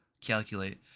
calculate